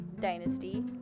Dynasty